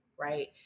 right